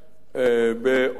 בעורמה,